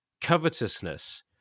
covetousness